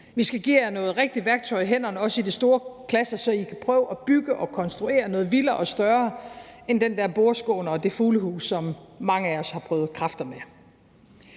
Vi skal give jer noget rigtigt værktøj i hænderne, også i de store klasser, så I kan prøve at bygge og konstruere noget vildere og større end den der bordskåner og det der fuglebur, som mange af os har prøvet kræfter med.